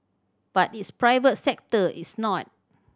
but its private sector is not